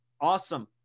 awesome